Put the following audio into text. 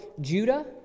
Judah